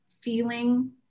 feeling